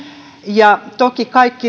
ja toki kaikki